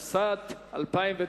לא.